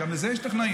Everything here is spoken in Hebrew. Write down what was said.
גם לזה יש טכנאים,